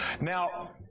Now